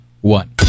one